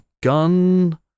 Gun